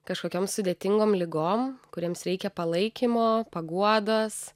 kažkokiom sudėtingom ligom kuriems reikia palaikymo paguodos